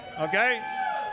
okay